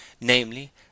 namely